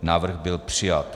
Návrh byl přijat.